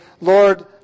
Lord